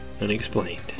unexplained